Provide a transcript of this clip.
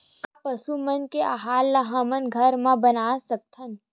का पशु मन के आहार ला हमन घर मा बना सकथन?